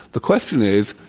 the question is,